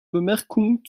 bemerkung